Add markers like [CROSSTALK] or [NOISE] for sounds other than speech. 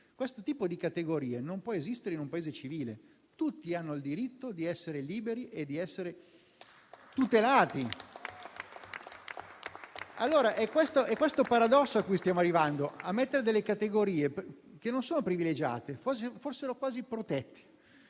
Questo tipo di categorie non può esistere in un Paese civile. Tutti hanno il diritto di essere liberi e tutelati. [APPLAUSE] Il paradosso cui stiamo arrivando è mettere categorie che non sono privilegiate, ma è come se fossero quasi protette.